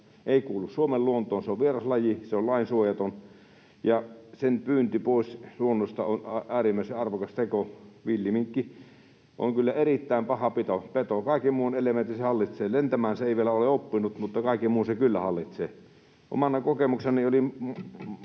ei kuulu Suomen luontoon. Se on vieraslaji, se on lainsuojaton, ja sen pyynti pois luonnosta on äärimmäisen arvokas teko. Villiminkki on kyllä erittäin paha peto; kaiken muun elementin se hallitsee paitsi lentämään se ei vielä ole oppinut, mutta kaiken muun se kyllä hallitsee. Omana kokemuksenani: